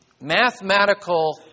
mathematical